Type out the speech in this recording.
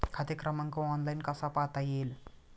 खाते क्रमांक ऑनलाइन कसा पाहता येईल?